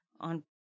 On